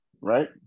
right